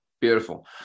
Beautiful